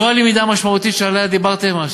זו הלמידה המשמעותית שעליה דיברתם,